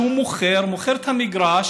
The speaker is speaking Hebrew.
שכשהוא מוכר את המגרש,